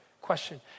question